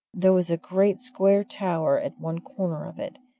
there was a great square tower at one corner of it,